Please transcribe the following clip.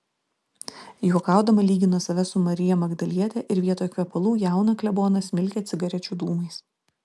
juokaudama lygino save su marija magdaliete ir vietoj kvepalų jauną kleboną smilkė cigarečių dūmais